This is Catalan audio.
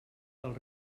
del